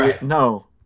No